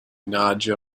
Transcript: nadia